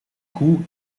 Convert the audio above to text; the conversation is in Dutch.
koe